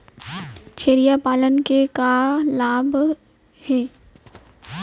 छेरिया पालन के का का लाभ हे?